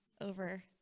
over